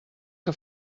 que